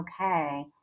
okay